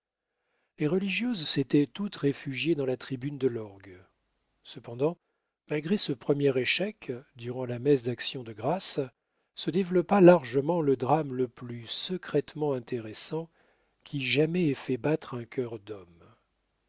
les religieuses s'étaient toutes réfugiées dans la tribune de l'orgue cependant malgré ce premier échec durant la messe d'actions de grâces se développa largement le drame le plus secrètement intéressant qui jamais ait fait battre un cœur d'homme